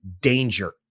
danger